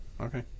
okay